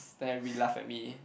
then everybody laugh at me